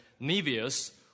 Nevius